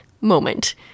moment